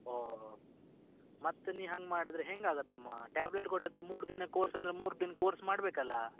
ಓ ಮತ್ತು ನಿ ಹಂಗೆ ಮಾಡಿದ್ರೆ ಹೆಂಗೆ ಆಗುತ್ತಮ್ಮಾ ಟ್ಯಾಬ್ಲೆಟ್ ಕೊಟ್ಟದ್ದು ಮೂರು ದಿನ ಕೋರ್ಸ್ ಅಂದ್ರೆ ಮೂರು ದಿನ ಕೋರ್ಸ್ ಮಾಡಬೇಕಲ್ಲಾ